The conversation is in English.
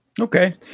Okay